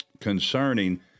concerning